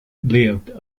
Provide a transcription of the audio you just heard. lived